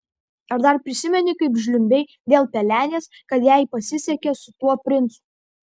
ar dar prisimeni kaip žliumbei dėl pelenės kad jai pasisekė su tuo princu